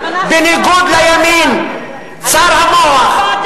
בניגוד לימין צר המוח,